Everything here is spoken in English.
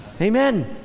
Amen